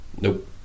Nope